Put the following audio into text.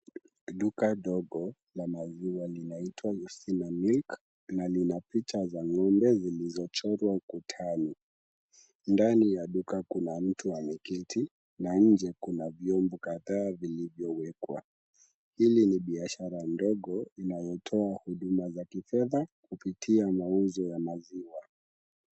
Duka dogo la maziwa linaitwa Yustina Milk na lina picha za ng'ombe zilizochorwa ukutani, ndani ya duka kuna mtu ameketi na nje kuna vyombo kadhaa vilivyowekwa, hili ni biashara ndogo inayotoa huduma za kifedha kupitia mauzo ya maziwa.